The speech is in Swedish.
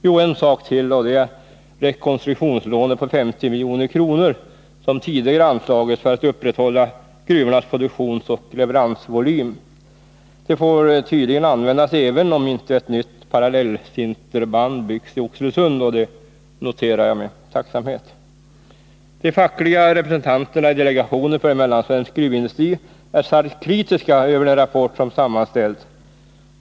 Jo, en sak till, och det är rekonstruk tionslånet på 50 milj.kr. som tidigare anslagits för att upprätthålla gruvornas produktionsoch leveransvolym. Det får tydligen användas även om inte ett nytt parallellsinterband byggs i Oxelösund. Det noterar jag med tacksamhet. De fackliga representanterna i delegationen för mellansvensk gruvindustri är starkt kritiska mot den rapport som sammanställts.